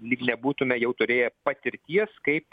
lyg nebūtume jau turėję patirties kaip